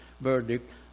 verdict